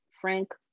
Frank